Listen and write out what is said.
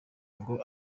ngo